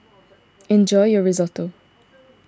enjoy your Risotto